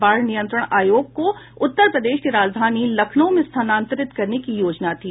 बाढ़ नियंत्रण आयोग को उत्तर प्रदेश की राजधानी लखनऊ में स्थानांतरित करने की योजना थी